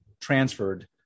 transferred